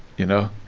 you know.